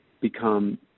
become